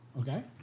Okay